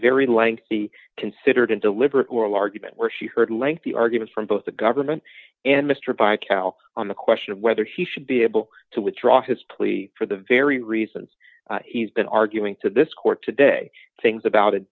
very lengthy considered and deliberate oral argument where she heard lengthy arguments from both the government and mr barak out on the question of whether he should be able to withdraw his plea for the very reasons he's been arguing to this court today things about an